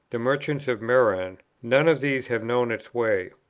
the merchants of meran, none of these have known its way.